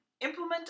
implement